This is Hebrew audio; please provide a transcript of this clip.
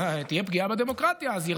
אני אעשה מה שאתה רוצה למדינת ישראל,